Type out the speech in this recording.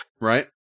Right